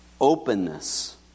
Openness